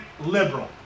liberal